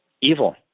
evil